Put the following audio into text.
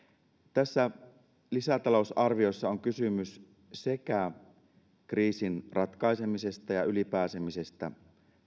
tässä lisätalousarviossa on kysymys sekä kriisin ratkaisemisesta ja siitä yli pääsemisestä